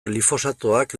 glifosatoak